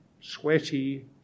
sweaty